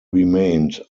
remained